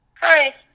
Hi